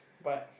but